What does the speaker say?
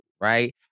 right